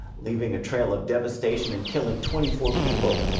leaving a trail of devastation and killing twenty four people.